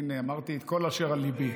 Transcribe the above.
הינה, אמרתי את כל אשר על ליבי.